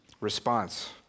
response